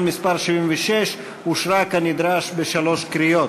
מס' 76) אושרה כנדרש בשלוש קריאות.